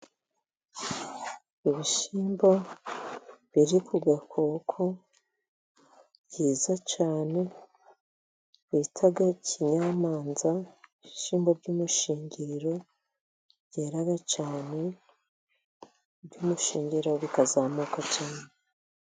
Ibishyimbo biri ku gakoko byiza cyane, bita kinyamanza, ibishyimbo by'umushingiriro byera cyane, by'umushingiriro bikazamuka cyane.